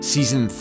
Season